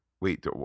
wait